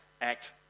act